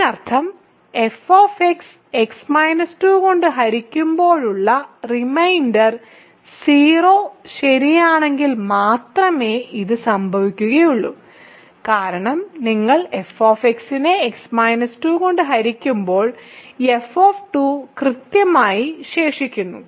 അതിനർത്ഥം f x 2 കൊണ്ട് ഹരിക്കുമ്പോഴുള്ള റിമൈൻഡർ 0 ശരിയാണെങ്കിൽ മാത്രമേ ഇത് സംഭവിക്കുകയുള്ളൂ കാരണം നിങ്ങൾ fനെ x 2 കൊണ്ട് ഹരിക്കുമ്പോൾ f കൃത്യമായി ശേഷിക്കുന്നു